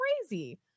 crazy